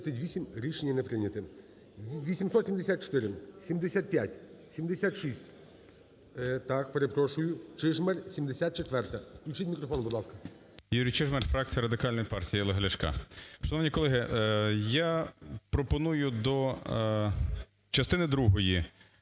Юрій Чижмарь, фракція Радикальна партія Олега Ляшка.